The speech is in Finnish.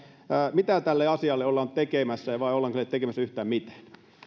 mitä tälle asialle ollaan tekemässä vai ollaanko sille tekemässä yhtään mitään